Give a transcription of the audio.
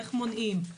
איך מונעים,